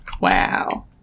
Wow